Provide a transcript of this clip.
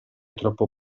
troppo